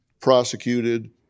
prosecuted